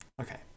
Okay